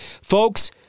Folks